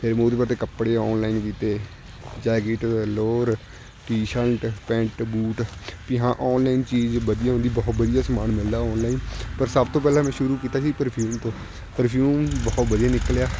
ਫਿਰ ਮੈਂ ਉਹਦੇ ਪਰ 'ਤੇ ਕੱਪੜੇ ਔਨਲਾਈਨ ਕੀਤੇ jacket lower t shirt pant boot ਵੀ ਹਾਂ ਔਨਲਾਈਨ ਚੀਜ਼ ਵਧੀਆ ਹੁੰਦੀ ਬਹੁਤ ਵਧੀਆ ਸਮਾਨ ਮਿਲਦਾ ਔਨਲਾਈਨ ਪਰ ਸਭ ਤੋਂ ਪਹਿਲਾਂ ਮੈਂ ਸ਼ੁਰੂ ਕੀਤਾ ਸੀ ਪਰਫਿਊਮ ਤੋਂ ਪਰਫਿਊਮ ਬਹੁਤ ਵਧੀਆ ਨਿਕਲਿਆ